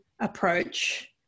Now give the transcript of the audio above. approach